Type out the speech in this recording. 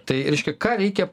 tai reiškia ką reikia